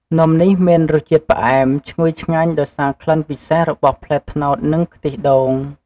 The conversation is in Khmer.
នំនេះមានរសជាតិផ្អែម ឈ្ងុយឆ្ងាញ់ដោយសារក្លិនពិសេសរបស់ផ្លែត្នោត និងខ្ទិះដូង។